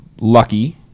lucky